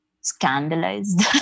scandalized